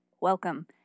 welcome